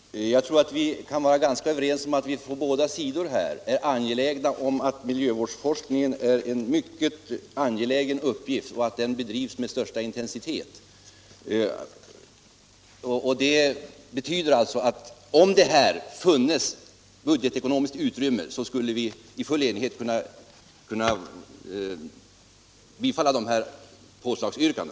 Herr talman! Jag tror att vi kan vara ganska överens om att vi från båda sidor anser att miljövårdsforskningen är en mycket angelägen uppgift som bör bedrivas med den största intensitet. Det betyder alltså att om det här funnits budgetekonomiskt utrymme, skulle vi i full enighet kunna biträda de här påslagsyrkandena.